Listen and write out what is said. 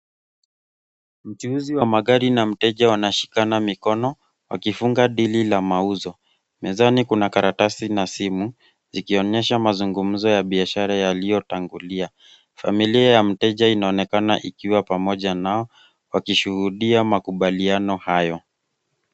Mchuuzi wa magari na mteja wanashikana mikono, wakifunga dili la mauzo. Mezani, kuna karatasi na simu, zikionyesha mazungumzo ya biashara yaliyotangulia. Familia ya mteja inaonekana ikiwa pamoja nao, wakishuhudia makubaliano hayo.